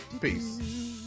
peace